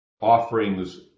offerings